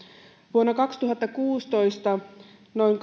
vuonna kaksituhattakuusitoista noin